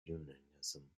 unionism